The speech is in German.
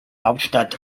hauptstadt